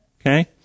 okay